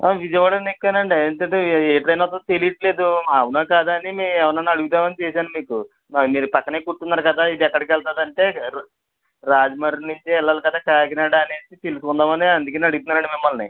విజయవాడలోనే ఎక్కానండి ఏంటంటే ఏ ట్రైన్ వస్తుందో తెలియట్లేదు అవునా కాదా అని మీ ఎవరినైనా అడుగుదామని చేసాను మీకు మీరు పక్కనే కూర్చున్నారు కదా ఇది ఎక్కడికెళ్తుంది అంటే రాజమండ్రి నుంచి వెళ్ళాలి కదండి కాకినాడ అని తెలుసుకుందామని అందుకని అడుగుతున్నానండి మిమ్మల్ని